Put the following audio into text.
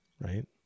right